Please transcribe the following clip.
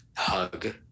Hug